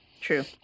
True